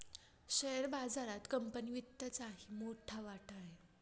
share बाजारात company वित्तचाही मोठा वाटा आहे